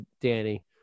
Danny